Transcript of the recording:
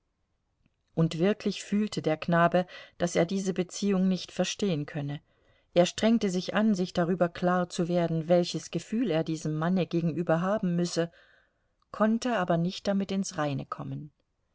und wirklich fühlte der knabe daß er diese beziehung nicht verstehen könne er strengte sich an sich darüber klarzuwerden welches gefühl er diesem manne gegenüber haben müsse konnte aber nicht damit ins reine kommen